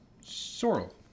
Sorrel